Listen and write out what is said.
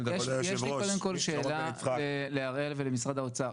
יש לי קודם כל שאלה להראל ולמשרד האוצר.